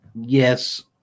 Yes